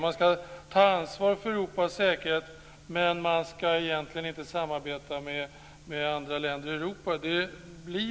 Man ska ta ansvar för Europas säkerhet, men man ska egentligen inte samarbeta med andra länder i Europa.